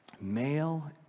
Male